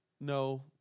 no